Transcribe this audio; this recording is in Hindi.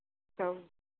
तो